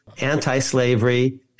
anti-slavery